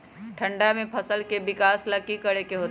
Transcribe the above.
ठंडा में फसल के विकास ला की करे के होतै?